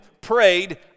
prayed